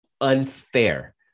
Unfair